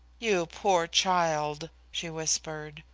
you poor child, she whispered.